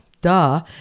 duh